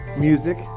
music